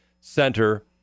Center